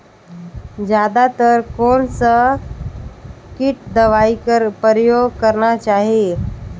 जादा तर कोन स किट दवाई कर प्रयोग करना चाही?